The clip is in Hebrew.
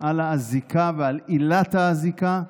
על האזיקה ועל עילת האזיקה.